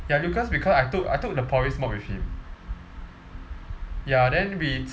ya lucas because I took I took la porri's mod with him ya then we